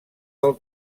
del